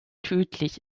tödlich